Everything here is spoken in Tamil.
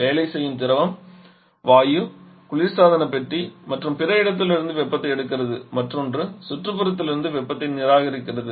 வேலை செய்யும் திரவம் வாயு குளிர்சாதன பெட்டி மற்றும் பிற இடத்திலிருந்து வெப்பத்தை எடுக்கிறது மற்றொன்று சுற்றுப்புறத்திலிருந்து வெப்பத்தை நிராகரிக்கிறது